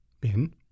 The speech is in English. Ben